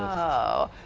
oh.